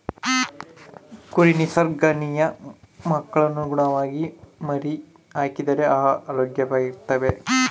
ಕುರಿ ನಿಸರ್ಗ ನಿಯಮಕ್ಕನುಗುಣವಾಗಿ ಮರಿಹಾಕಿದರೆ ಆರೋಗ್ಯವಾಗಿರ್ತವೆ